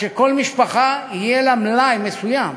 כך שכל משפחה יהיה לה מלאי מסוים